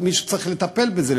אז מישהו צריך לטפל בזה,